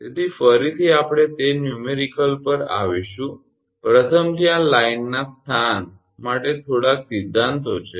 તેથી ફરીથી આપણે તે દાખલા પર આવીશું પ્રથમ ત્યાં લાઇનના સ્થાન માટે થોડાક સિદ્ધાંતો છે